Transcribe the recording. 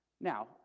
Now